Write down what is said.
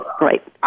Right